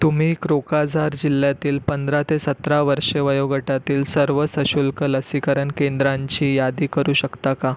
तुम्ही क्रोकाझार जिल्ल्यातील पंधरा ते सतरा वर्ष वयोगटातील सर्व सशुल्क लसीकरण केंद्रांची यादी करू शकता का